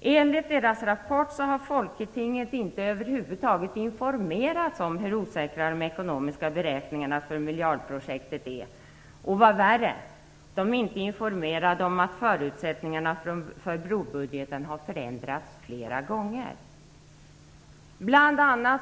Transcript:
Enligt det danska riksrevisionsverkets rapport har Folketinget över huvud taget inte informerats om hur osäkra beräkningarna för miljardprojektet är, och vad värre är: Folketinget har inte informerats om att förutsättningarna för brobudgeten har förändrats flera gånger.